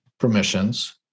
permissions